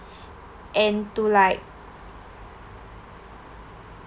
and to like